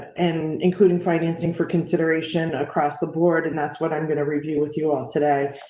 and including financing for consideration across the board. and that's what i'm going to review with you all today.